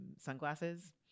sunglasses